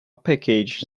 package